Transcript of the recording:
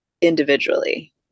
individually